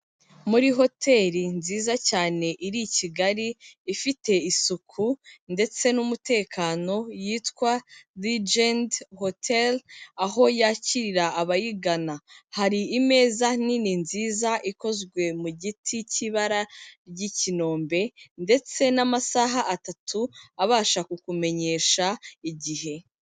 Muri hoteri nziza cyane iri Kigali, ifite isuku ndetse n'umutekano yitwa Ligendi hoteri, aho yakirira abayigana hari imeza nini nziza ikozwe mu giti cy'ibara ry'ikinombe ndetse n'amasaha atatu abasha kukumenyesha igihe.